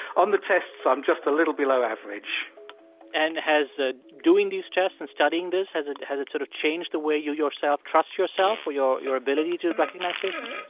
on the tests i'm just a little below average and has doing these tests and studying this, has it has it sort of changed the way you yourself trust yourself or your your ability to recognize faces?